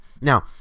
Now